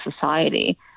society